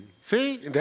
See